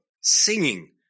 singing